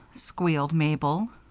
squealed mabel.